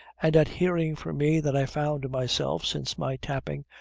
and at hearing from me that i found myself, since my tapping,